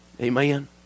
Amen